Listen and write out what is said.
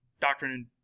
doctrine